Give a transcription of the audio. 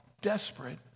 desperate